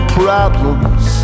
problems